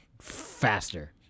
Faster